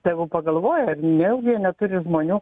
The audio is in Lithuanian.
tegul pagalvoja ar nejaugi neturi žmonių